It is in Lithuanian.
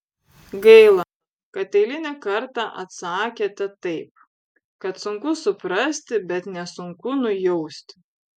gaila kad eilinį kartą atsakėte taip kad sunku suprasti bet nesunku nujausti